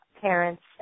parents